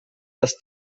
das